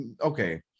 okay